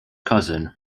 cousin